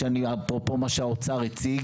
אפרופו מה שהאוצר הציג